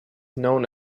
known